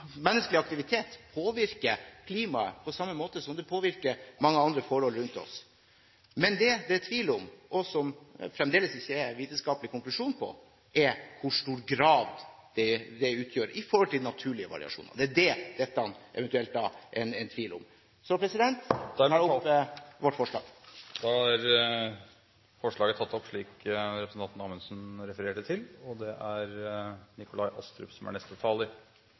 menneskelig aktivitet påvirker klimaet, på samme måte som det påvirker mange andre forhold rundt oss. Det det er tvil om – og som det fremdeles heller ikke er en vitenskapelig konklusjon på – er hvor mye dette utgjør, i forhold til det som er naturlige variasjoner. Det er det det eventuelt er tvil om. Dermed vil jeg ta opp vårt forslag i sak nr. 6. Representanten Per-Willy Amundsen har tatt opp det forslaget han refererte til. Høyre stiller seg bak utvidelsen og videreføringen av det